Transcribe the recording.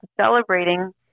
celebrating